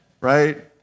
Right